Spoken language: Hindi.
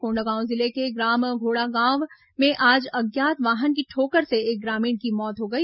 कोंडागांव जिले के ग्राम घोड़ागांव में आज अज्ञात वाहन की ठोकर से एक ग्रामीण की मौत हो गई